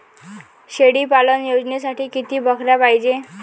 शेळी पालन योजनेसाठी किती बकऱ्या पायजे?